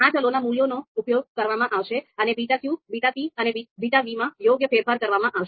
આ ચલોના મૂલ્યોનો ઉપયોગ કરવામાં આવશે અને beta q beta p અને beta v માં યોગ્ય ફેરફાર કરવામાં આવશે